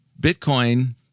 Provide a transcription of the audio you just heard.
Bitcoin